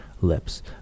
lips